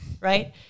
Right